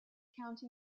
county